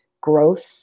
growth